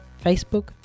Facebook